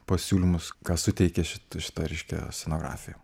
pasiūlymus ką suteikia šita šita ryškia scenografija